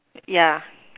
yeah